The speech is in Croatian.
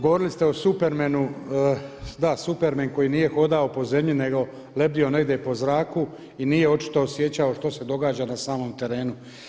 Govorili ste o Supermanu, da Superman koji nije hodao po zemlji nego lebdio negdje po zraku i nije očito osjećao što se događa na samom terenu.